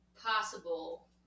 possible